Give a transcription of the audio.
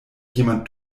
jemand